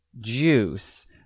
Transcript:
juice